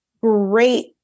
great